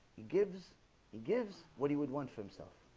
gives he gives what he would want for himself